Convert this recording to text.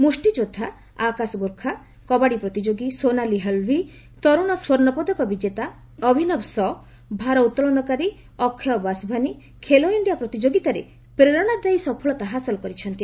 ମୁଷ୍ଟିଯୋଦ୍ଧା ଆକାଶ ଗୋର୍ଖା କବାଡ଼ି ପ୍ରତିଯୋଗୀ ସୋନାଲି ହେଲ୍ଭି ତରୁଣ ସ୍ପର୍ଣ୍ଣପଦକ ବିଜେତା ଅଭିନବ ସ ଭାରଭୋଳନକାରୀ ଅକ୍ଷୟ ବାସଭାନି ଖେଲୋ ଇଣ୍ଡିଆ ପ୍ରତିଯୋଗିତାରେ ପ୍ରେରଣାଦାୟୀ ସଫଳତା ହାସଲ କରିଛନ୍ତି